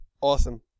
awesome